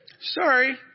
Sorry